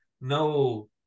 No